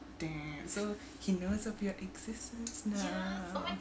do you so he knows of your existence now